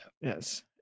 yes